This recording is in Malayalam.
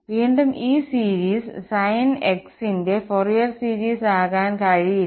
വീണ്ടും ഈ സീരീസ് sin x ന്റെ ഫോറിയർ സീരീസ് ആകാൻ കഴിയില്ല